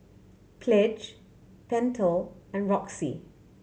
Pledge Pentel and Roxy